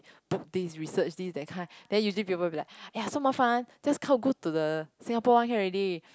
book this research this that kind then usually people will be like !aiya! so 麻烦 just go to the Singapore one can already